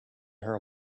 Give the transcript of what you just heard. her